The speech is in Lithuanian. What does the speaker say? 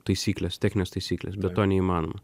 taisyklės techninės taisykles bet to neįmanoma